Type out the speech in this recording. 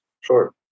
Sure